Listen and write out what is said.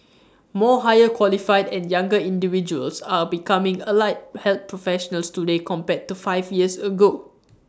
more higher qualified and younger individuals are becoming allied health professionals today compared to five years ago